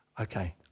okay